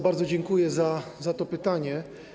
Bardzo dziękuję za to pytanie.